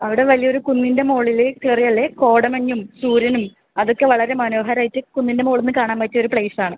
അവിടെ വലിയ ഒരു കുന്നിൻ്റെ മുകളില് കയറിയാല് കോടമഞ്ഞും സൂര്യനും അത് ഒക്കെ വളരെ മനോഹരായിട്ട് കുന്നിൻ്റെ മുകളിൽ നിന്ന് കാണാൻ പറ്റിയ ഒരു പ്ലേസ് ആണ്